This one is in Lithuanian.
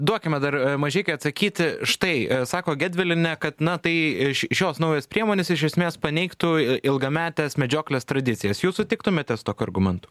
duokime dar mažeikai atsakyti štai sako gedvilienė kad na tai š šios naujos priemonės iš esmės paneigtų ilgametės medžioklės tradicijas jūs sutiktumėte su tokiu argumentu